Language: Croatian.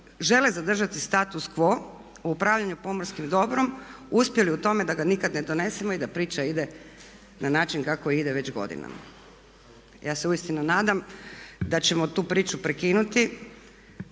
žele zadržati status quo u upravljanju pomorskim dobrom, uspjeli u tome da nikada ne donesemo i da priča ide na način kako ide već godinama. Ja se uistinu nadam da ćemo tu priču prekinuti